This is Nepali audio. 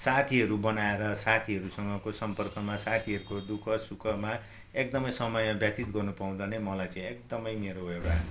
साथीहरू बनाएर साथीहरूको सम्पर्कमा साथीहरूको दु ख सुखमा एकदमै समय व्यतीत गर्नुपाउँदा नै मलाई चाहिँ एकदमै मेरो एउटा